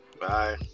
bye